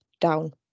down